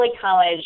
college